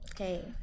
Okay